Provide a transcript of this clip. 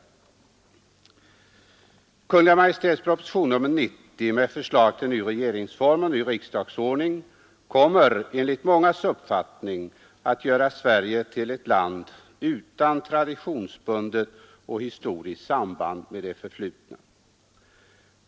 Kungl. Maj:ts proposition nr 90 med förslag till ny regeringsform och = Nr 112 ny riksdagsordning kommer, enligt mångas uppfattning, att göra Sverige Onsdagen den till ett land utan traditionsbundet och historiskt samband med det 6 juni 1973 förflutna.